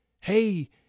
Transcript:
Hey